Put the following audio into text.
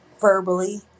verbally